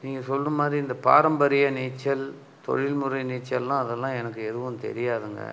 நீங்க சொல்ற மாரி இந்த பாரம்பரிய நீச்சல் தொழில்முறை நீச்சல்லாம் அதெல்லாம் எனக்கு எதுவும் தெரியாதுங்க